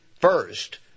first